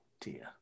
Dear